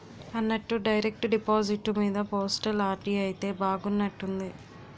అన్నట్టు direct deposit మీద postal RD అయితే బాగున్నట్టుంది